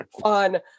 fun